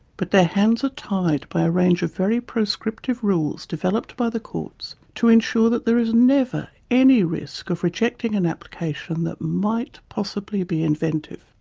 but their hands are tied by a range of very proscriptive rules developed by the courts to ensure there is never any risk of rejecting an application that might possibly be inventive.